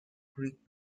greek